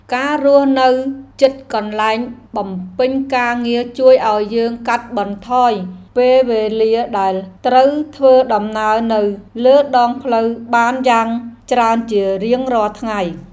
ការរស់នៅជិតកន្លែងបំពេញការងារជួយឱ្យយើងកាត់បន្ថយពេលវេលាដែលត្រូវធ្វើដំណើរនៅលើដងផ្លូវបានយ៉ាងច្រើនជារៀងរាល់ថ្ងៃ។